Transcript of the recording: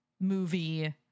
movie